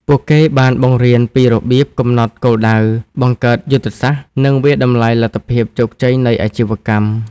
ពួកគេបានបង្រៀនពីរបៀបកំណត់គោលដៅ បង្កើតយុទ្ធសាស្ត្រ និងវាយតម្លៃលទ្ធភាពជោគជ័យនៃអាជីវកម្ម។